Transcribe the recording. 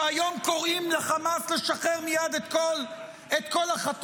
שהיום קוראים לחמאס לשחרר מייד את כל החטופים?